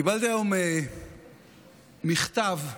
קיבלתי היום מכתב משייח'